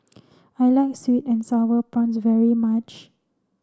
I like sweet and sour prawns very much